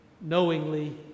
knowingly